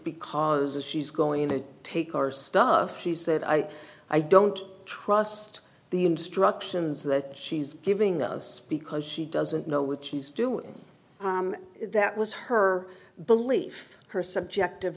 because she's going to take our stuff she said i i don't trust the instructions that she's giving us because she doesn't know what she's doing that was her belief her subjective